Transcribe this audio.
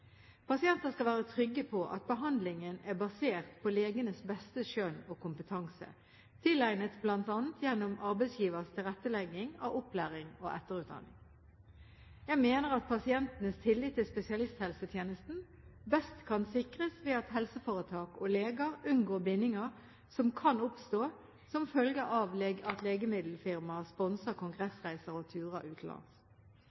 Pasienter skal være trygge på at behandlingen er basert på legenes beste skjønn og kompetanse, tilegnet bl.a. gjennom arbeidsgivers tilrettelegging av opplæring og etterutdanning. Jeg mener at pasientenes tillit til spesialisthelsetjenesten best kan sikres ved at helseforetak og leger unngår bindinger som kan oppstå som følge av at legemiddelfirmaer sponser